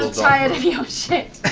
tired of your shit.